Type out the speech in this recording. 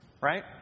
right